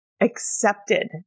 accepted